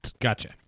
Gotcha